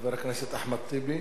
לחבר הכנסת אחמד טיבי